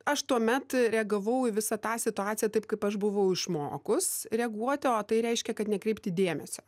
aš tuomet reagavau į visą tą situaciją taip kaip aš buvau išmokus reaguoti o tai reiškia kad nekreipti dėmesio